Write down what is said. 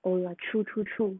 懂了 true true true